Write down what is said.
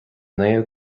naoú